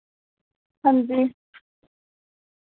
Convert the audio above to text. हांजी